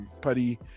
Putty